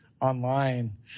online